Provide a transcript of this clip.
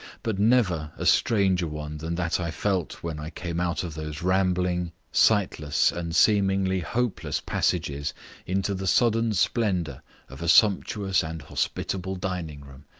but never a stranger one than that i felt when i came out of those rambling, sightless, and seemingly hopeless passages into the sudden splendour of a sumptuous and hospitable dining-room,